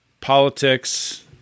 Politics